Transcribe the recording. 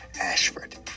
Ashford